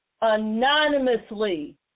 anonymously